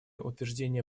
утверждение